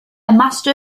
master